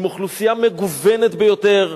עם אוכלוסייה מגוונת ביותר,